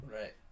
Right